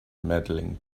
medaling